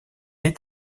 est